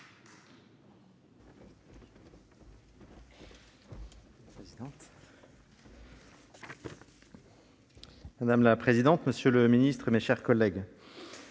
Madame la présidente, monsieur le ministre, mes chers collègues,